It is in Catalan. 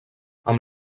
amb